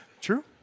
True